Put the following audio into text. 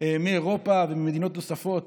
מאירופה וממדינות נוספות